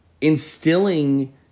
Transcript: instilling